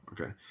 Okay